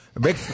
big